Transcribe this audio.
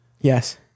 Yes